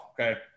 okay